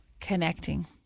Connecting